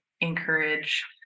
encourage